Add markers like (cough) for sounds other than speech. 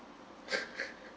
(laughs)